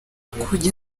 kujya